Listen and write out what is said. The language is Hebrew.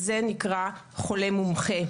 חולה-מומחה.